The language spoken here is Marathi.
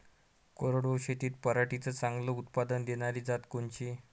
कोरडवाहू शेतीत पराटीचं चांगलं उत्पादन देनारी जात कोनची?